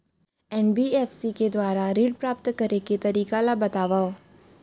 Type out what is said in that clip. NBFC के दुवारा ऋण प्राप्त करे के तरीका ल बतावव?